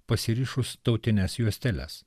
pasirišus tautines juosteles